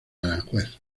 aranjuez